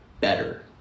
better